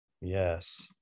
Yes